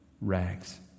rags